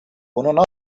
bunu